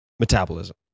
metabolism